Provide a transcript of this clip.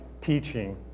teaching